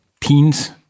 teens